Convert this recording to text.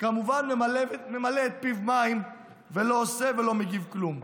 כמובן ממלא את פיו מים ולא עושה ולא מגיב כלום.